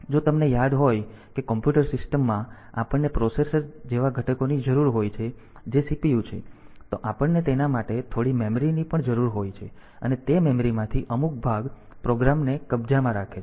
જો તમને યાદ હોય કે કોમ્પ્યુટર સિસ્ટમમાં આપણને પ્રોસેસર જેવા ઘટકોની જરૂર હોય છે જે CPU છે તો આપણને તેના માટે થોડી મેમરી ની જરૂર પણ હોય છે અને તે મેમરીમાંથી અમુક ભાગ પ્રોગ્રામને કબ્જામાં રાખે છે